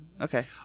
Okay